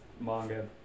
manga